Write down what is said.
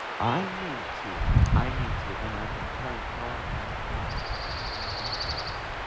i need to, i need to, and i've been praying, god, help me be a better witness.